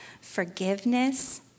forgiveness